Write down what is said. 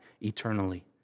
eternally